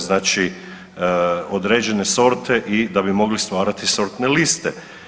Znači određene sorte i da bi mogli stvarati sortne liste.